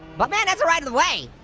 buttman has the right of the way.